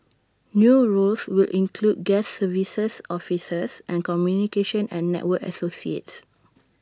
new roles will include guest services officers and communication and network associates